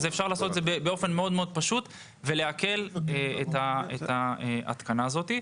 כי אפשר לעשות את זה באופן מאוד פשוט שיקל על ההתקנה הזאת.